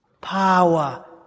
power